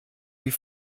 wie